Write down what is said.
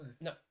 No